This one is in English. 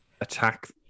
attack